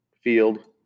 field